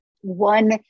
One